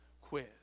quiz